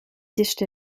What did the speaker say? dished